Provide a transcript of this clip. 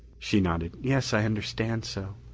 she nodded. yes, i understand so.